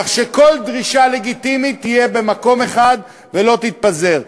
כך שכל דרישה לגיטימית תהיה באותו מקום אחד והן לא יתפזרו.